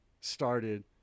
started